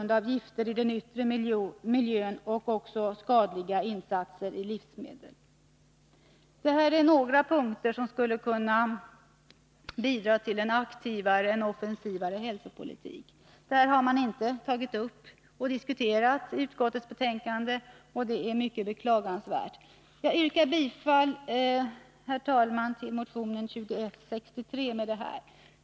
Detta är några punkter som skulle kunna bidra till en aktivare och mer offensiv hälsopolitik. Detta har man inte diskuterat i utskottets betänkande, och det är beklagligt. Herr talman! Jag yrkar bifall till motion 2163.